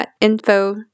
info